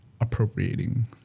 appropriating